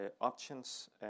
options